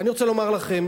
אני רוצה לומר לכם,